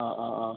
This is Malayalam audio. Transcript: ആ ആ ആ